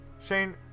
Shane